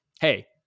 hey